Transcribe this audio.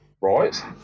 right